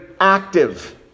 active